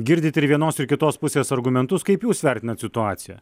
girdit ir vienos ir kitos pusės argumentus kaip jūs vertinat situaciją